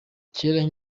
kera